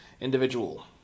individual